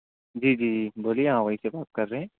جی جی بولیے ہاں وہیں سے بات کر رہے ہیں